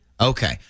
Okay